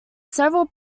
several